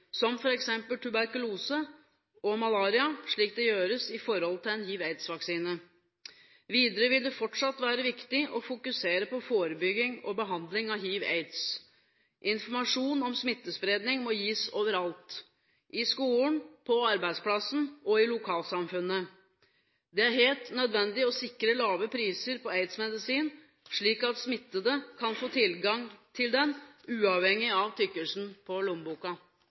som f.eks. tuberkulose og malaria, slik det gjøres i forhold til hiv/aids-vaksine. Videre vil det fortsatt være viktig å fokusere på forebygging og behandling av hiv/aids. Informasjon om smittespredning må gis overalt; i skolen, på arbeidsplassen og i lokalsamfunnet. Det er helt nødvendig å sikre lave priser på aids-medisin, slik at smittede kan få tilgang til den, uavhengig av tykkelsen på lommeboka.